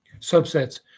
subsets